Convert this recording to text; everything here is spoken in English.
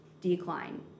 decline